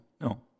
no